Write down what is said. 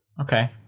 Okay